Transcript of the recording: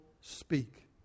speak